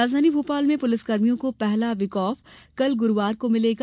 राजधानी भोपाल में पुलिसकर्मियों को पहला वीकऑफ गुरूवार को मिलेगा